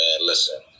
listen